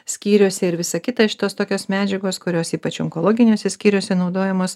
skyriuose ir visa kita šitos tokios medžiagos kurios ypač onkologiniuose skyriuose naudojamos